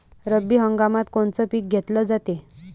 रब्बी हंगामात कोनचं पिक घेतलं जाते?